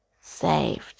saved